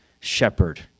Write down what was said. shepherd